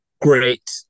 great